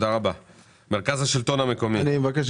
אני חושב